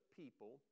people